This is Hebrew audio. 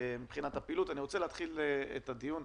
אני רוצה להתחיל את הדיון,